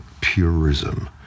purism